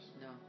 No